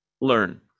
learn